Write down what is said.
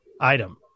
item